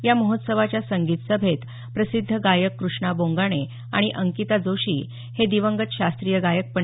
या महोत्सवाच्या संगीत सभेत प्रसिद्ध गायक क्रष्णा बोंगाणे आणि अंकिता जोशी हे दिवंगत शास्त्रीय गायक पं